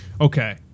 okay